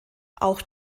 auch